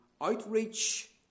outreach